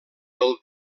del